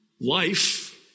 life